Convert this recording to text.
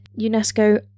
UNESCO